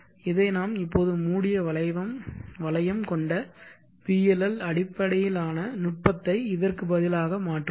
இதை நாம் இப்போது மூடிய வளையம் கொண்ட PLL அடிப்படையிலான நுட்பத்தை இதற்கு பதிலாக மாற்றுவோம்